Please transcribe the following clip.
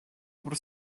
უფრო